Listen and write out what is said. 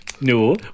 no